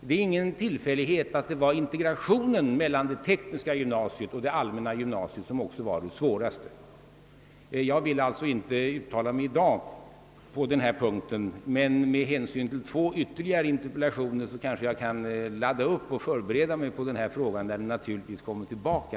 Det är ingen tillfällighet att det var integrationen mellan det tekniska och det allmänna gymnasiet som var svårast att åstadkomma. Jag vill alltså inte uttala mig 1 dag på denna punkt, men med hänsyn till att ytterligare två interpellationer ställts i denna fråga kanske jag kan »ladda upp» och förbereda mig till nästa gång, då den naturligtvis kommer tillbaka.